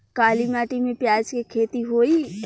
काली माटी में प्याज के खेती होई?